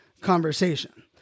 conversation